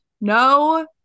No